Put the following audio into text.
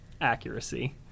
accuracy